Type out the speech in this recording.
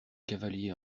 cavaliers